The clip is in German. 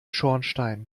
schornstein